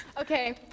Okay